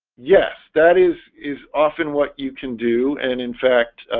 yes, that is is often what you can do and in fact?